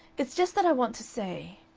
it's just that i want to say.